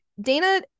Dana